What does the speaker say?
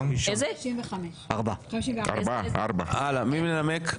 54. מי מנמק?